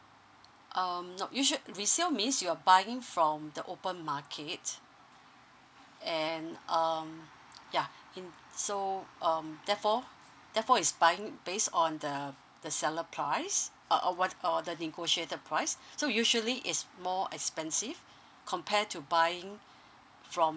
um you should resale means you're buying from the open market and um ya in so um therefore therefore is buying based on the the seller prize uh or what or the negotiator price so usually is more expensive compare to buying from